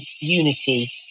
unity